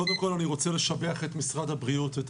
קודם כל אני רוצה לשבח את משרד הבריאות ואת